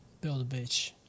Build-A-Bitch